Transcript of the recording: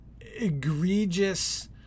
egregious